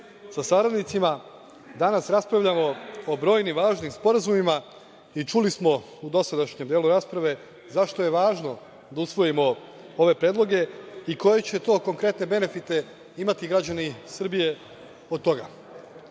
sa saradnicima, danas raspravljamo o brojnim važnim sporazumima i čuli smo u dosadašnjem delu rasprave, zašto je važno da usvojimo ove predloge, i koje će to konkretne benefite imati građani Srbije od toga. Ono